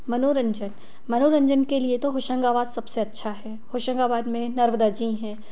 मनोरंजन मनोरंजन के लिए तो होशंगाबाद सबसे अच्छा है होशंगाबाद में नर्मदा जी हैं